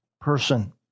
person